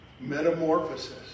metamorphosis